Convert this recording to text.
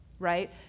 right